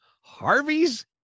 Harvey's